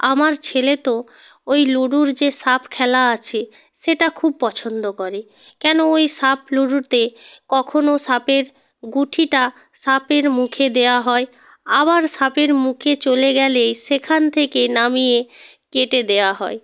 আমার ছেলে তো ওই লুডোর যে সাপ খেলা আছে সেটা খুব পছন্দ করে কেনো ওই সাপ লুডোতে কখনও সাপের গুটিটা সাপের মুখে দেওয়া হয় আবার সাপের মুখে চলে গেলে সেখান থেকে নামিয়ে কেটে দেওয়া হয়